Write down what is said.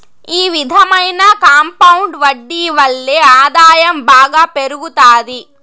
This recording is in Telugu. ఈ విధమైన కాంపౌండ్ వడ్డీ వల్లే ఆదాయం బాగా పెరుగుతాది